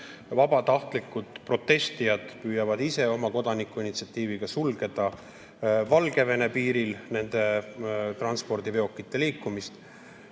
Vabatahtlikud protestijad püüavad ise oma kodanikuinitsiatiiviga sulgeda Valgevene piiril nende transpordiveokite liikumist.